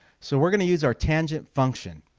so we're going to use our tangent function.